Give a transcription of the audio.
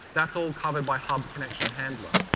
that's all covered by hub connection handler.